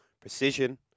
precision